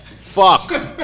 Fuck